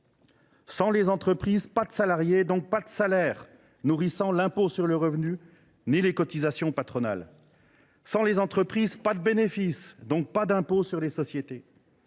Sans les entreprises, pas de salariés, donc pas de salaires nourrissant l’impôt sur le revenu et les cotisations patronales. Sans les entreprises, pas de bénéfices, donc pas d’impôts sur les sociétés.